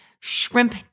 shrimp